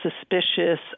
suspicious